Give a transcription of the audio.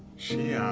she. yeah